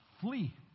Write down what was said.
Flee